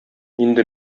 инде